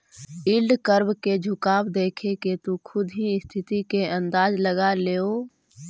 yield curve के झुकाव देखके तु खुद ही स्थिति के अंदाज लगा लेओ